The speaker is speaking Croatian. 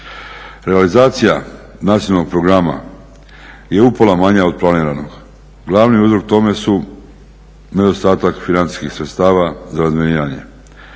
Realizacija nacionalnog programa je upola manja od planiranog. Glavni uzrok tome su nedostatak financijskih sredstava za razminiranje.